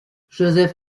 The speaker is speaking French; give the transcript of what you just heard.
joseph